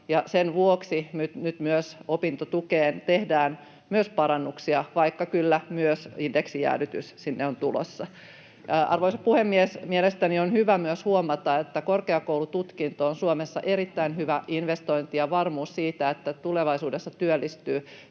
sen vuoksi nyt opintotukeen tehdään myös parannuksia, vaikka kyllä myös indeksijäädytys sinne on tulossa. Arvoisa puhemies! Mielestäni on hyvä myös huomata, että korkeakoulututkinto on Suomessa erittäin hyvä investointi ja varmuus siitä, että tulevaisuudessa työllistyy.